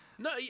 No